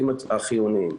אנשים במפעלים החיוניים.